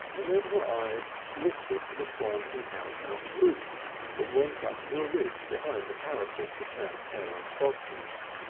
and then her eyes lifted to the slanting outhouse roof that went up to a ridge behind the parapet of mantell and throbson's.